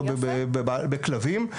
לא בכלבים.